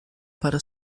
para